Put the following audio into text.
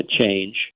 change